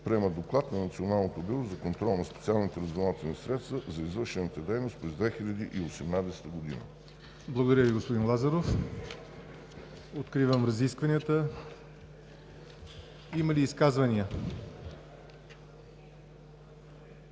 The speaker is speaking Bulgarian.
Приема Доклад на Националното бюро за контрол на специалните разузнавателни средства за извършената дейност през 2018 г.“ ПРЕДСЕДАТЕЛ ЯВОР НОТЕВ: Благодаря Ви, господин Лазаров. Отривам разискванията. Има ли изказвания?